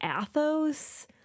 athos